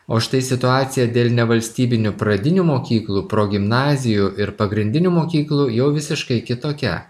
o štai situacija dėl nevalstybinių pradinių mokyklų progimnazijų ir pagrindinių mokyklų jau visiškai kitokia